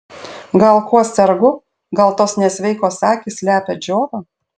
gal kuo sergu gal tos nesveikos akys slepia džiovą